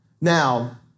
Now